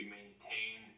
maintain